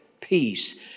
peace